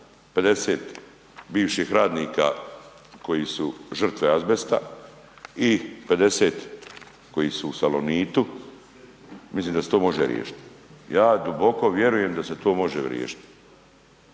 50 bivših radnika koji su žrtve azbesta i 50 koji su u Salonitu, mislim da se to može riješiti. Ja duboko vjerujem da se to može riješiti.